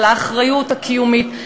על האחריות הקיומית,